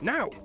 Now